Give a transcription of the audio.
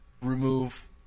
remove